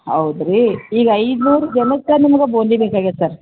ಹೌದು ರೀ ಈಗ ಐನೂರು ಜನಕ್ಕೆ ನಿಮ್ಗೆ ಬೂಂದಿ ಬೇಕಾಗೈತೆ